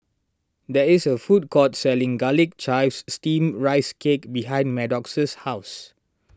there is a food court selling Garlic Chives Steamed Rice Cake behind Maddox's house